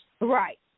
Right